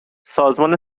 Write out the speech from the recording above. سازمان